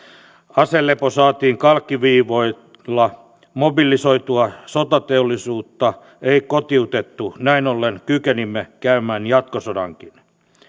aselepo saatiin kalkkiviivoilla mobilisoitua sotateollisuutta ei kotiutettu näin ollen kykenimme käymään jatkosodankin